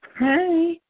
Hi